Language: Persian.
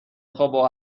خوابو